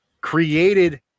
created